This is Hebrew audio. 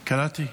קראתי.